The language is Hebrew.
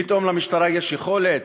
פתאום למשטרה יש יכולת?